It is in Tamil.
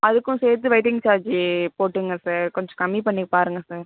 அதுக்கும் சேர்த்து வெயிட்டிங் சார்ஜ்ஜி போட்டுங்கள் சார் கொஞ்ச கம்மிப் பண்ணிப் பாருங்கள் சார்